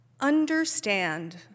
Understand